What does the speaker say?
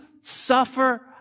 suffer